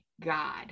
God